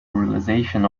realization